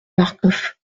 marcof